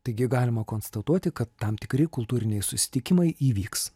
taigi galima konstatuoti kad tam tikri kultūriniai susitikimai įvyks